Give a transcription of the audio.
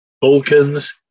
Balkans